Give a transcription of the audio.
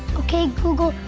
okay, google,